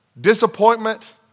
disappointment